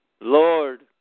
Lord